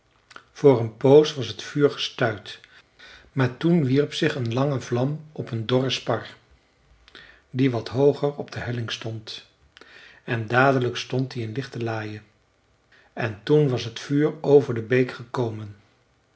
voor een poos was het vuur gestuit maar toen wierp zich een lange vlam op een dorre spar die wat hooger op de helling stond en dadelijk stond die in lichte laaie en toen was het vuur over de beek gekomen